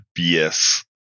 BS